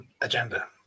agenda